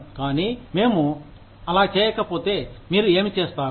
కానీ మేము అలా చేయక చేయకపోతే మీరు ఏమి చేస్తారు